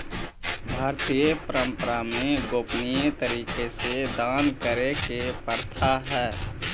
भारतीय परंपरा में गोपनीय तरीका से दान करे के प्रथा हई